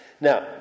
Now